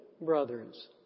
brothers